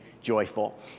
joyful